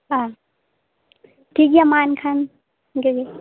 ᱚ ᱴᱷᱤᱠ ᱜᱮᱭᱟ ᱢᱟ ᱮᱱᱠᱷᱟᱱ ᱤᱱᱠᱟᱹ ᱜᱮ